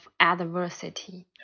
adversity